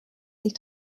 sich